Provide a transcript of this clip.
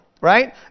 right